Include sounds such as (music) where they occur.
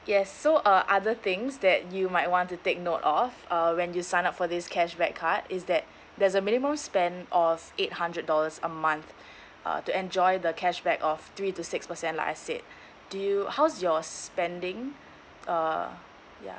yes so uh other things that you might want to take note of uh when you sign up for this cashback card is that there's a minimum spend of eight hundred dollars a month (breath) uh to enjoy the cashback of three to six percent like I said do you how's your spending uh ya